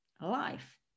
life